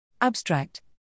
Abstract